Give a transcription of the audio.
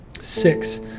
Six